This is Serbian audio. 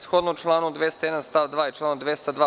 Shodno članu 201. stav 2. i članu 202.